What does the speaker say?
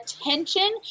attention